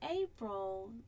April